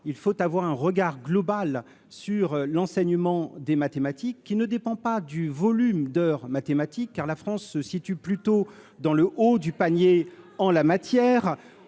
il faut avoir un regard global sur l'enseignement des mathématiques qui ne dépend pas du volume d'heures mathématique, car la France se situe plutôt dans le haut du panier en la matière,